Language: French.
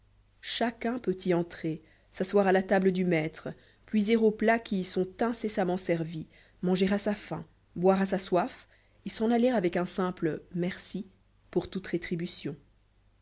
chacun peut y entrer s'asseoir à la table du maître puiser aux plats qui y sont incessamment servis manger à sa faim boire à sa soif et s'en aller avec un simple merci pour toute rétribution